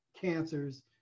cancers